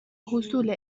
حصول